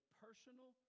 personal